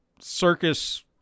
circus